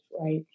Right